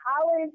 college